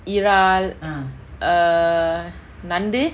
இறால்:iraal err நண்டு:nandu